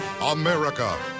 America